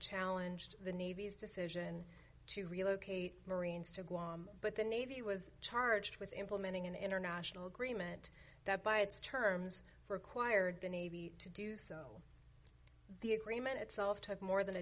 challenge the navy's decision to relocate marines to guam but the navy was charged with implementing an international agreement that by its terms required the navy to do so the agreement itself took more than a